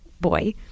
boy